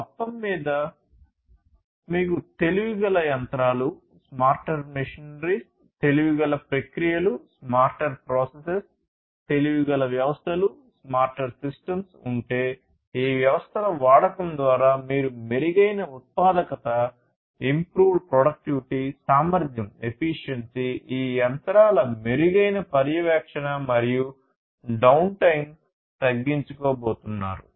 మొత్తంమీద మీకు తెలివిగల యంత్రాలు ఈ యంత్రాల మెరుగైన పర్యవేక్షణ మరియు down time తగ్గించుకోబోతున్నారు